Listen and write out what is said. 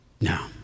No